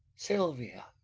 silvia.